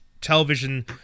television